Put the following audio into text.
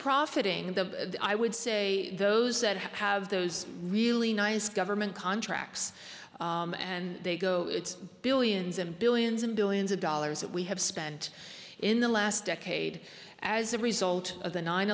profiting the i would say those that have those really nice government contracts and they go billions and billions and billions of dollars that we have spent in the last decade as a result of the nine